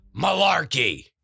malarkey